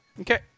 okay